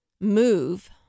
move